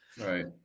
Right